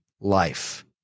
life